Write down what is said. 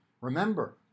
remember